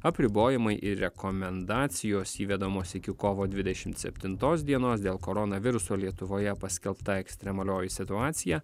apribojimai ir rekomendacijos įvedamos iki kovo dvidešimt septintos dienos dėl koronaviruso lietuvoje paskelbta ekstremalioji situacija